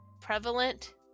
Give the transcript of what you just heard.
prevalent